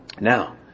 Now